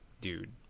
dude